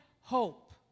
hope